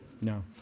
No